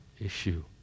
issue